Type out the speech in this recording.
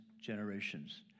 generations